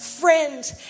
Friend